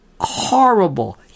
horrible